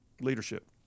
leadership